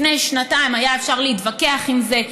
לפני שנתיים היה אפשר להתווכח עם זה,